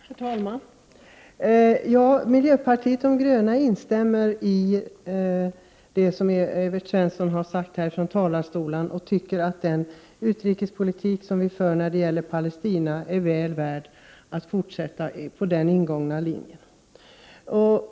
Herr talman! Miljöpartiet de gröna instämmer i det som Evert Svensson sade och tycker att den utrikespolitik som Sverige för när det gäller Palestina är väl värd att fortsätta på samma sätt som hittills.